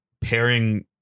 pairing